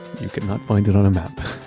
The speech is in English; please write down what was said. you cannot find it on a map.